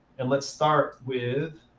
and let's start with